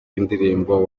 indirimbo